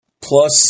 Plus